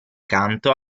canto